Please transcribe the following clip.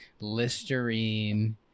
Listerine